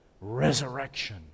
resurrection